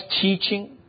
teaching